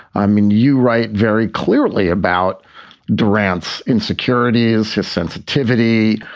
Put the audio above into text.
i mean, you write very clearly about durant's insecurities, his sensitivity.